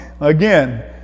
again